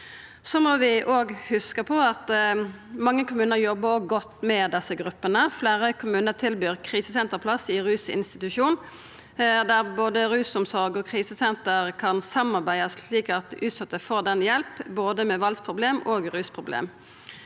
mange kommunar jobbar godt med desse gruppene. Fleire kommunar tilbyr krisesenterplass i rusinstitusjon, der både rusomsorg og krisesenter kan samarbeida slik at utsette får hjelp med både valdsproblem og rusproblem.